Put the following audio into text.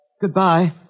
Goodbye